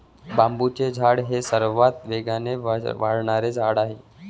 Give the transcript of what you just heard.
बांबूचे झाड हे सर्वात वेगाने वाढणारे झाड आहे